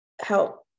help